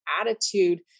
attitude